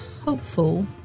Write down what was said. hopeful